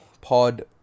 pod